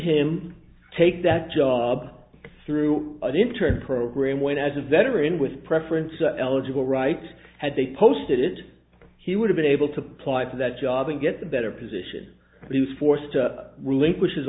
him take that job through an intern program when as a veteran with preference eligible right had they posted it he would have been able to ply for that job and get the better position to force to relinquish his